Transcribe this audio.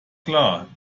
klar